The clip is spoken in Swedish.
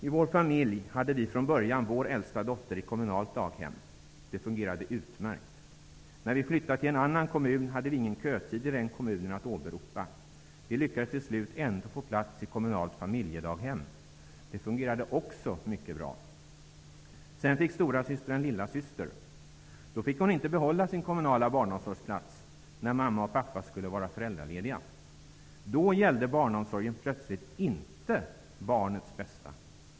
I vår familj hade vi från början vår äldsta dotter i kommunalt daghem. Det fungerade utmärkt. När vi flyttade till en annan kommun hade vi ingen kötid i den kommunen att åberopa. Vi lyckades till slut ändå få plats i kommunalt familjedaghem. Det fungerade också mycket bra. Sedan fick storasyster en lillasyster. Då fick hon inte behålla sin kommunala barnomsorgsplats, när mamma och pappa skulle vara föräldralediga. Då gällde barnomsorgen plötsligt inte barnets bästa!